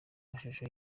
mashusho